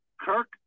Kirk